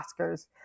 Oscars